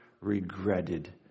regretted